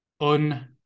un-